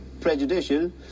prejudicial